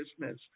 business